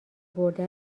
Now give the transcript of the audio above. برده